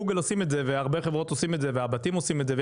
גוגל עושים את זה והרבה חברות עושים את זה והבתים עושים את זה.